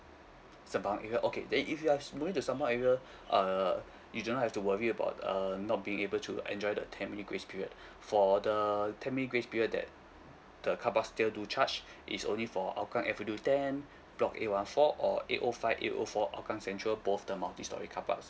sembawang area okay then if you are s~ moving to sembawang area err you do not have to worry about uh not being able to enjoy the ten minute grace period for the ten minute grace period that the car park still do charge is only for hougang avenue ten block A one four or eight O five eight O four hougang central both the multi storey car parks